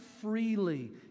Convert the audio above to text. freely